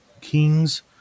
Kings